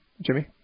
Jimmy